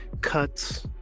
cuts